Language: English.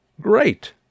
Great